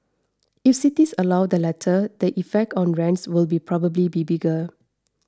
if cities allow the latter the effect on rents will be probably be bigger